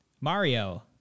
Mario